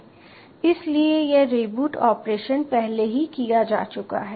इसलिए यह reboot operation पहले ही किया जा चुका है